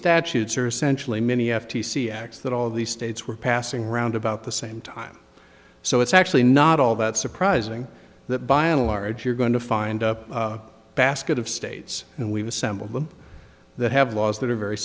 statutes are essentially many f t c acts that all of these states were passing around about the same time so it's actually not all that surprising that by a large you're going to find up a basket of states and we've assembled them that have laws that are very